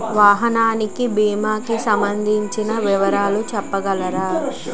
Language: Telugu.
వాహనానికి భీమా కి సంబందించిన వివరాలు చెప్పగలరా?